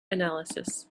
analysis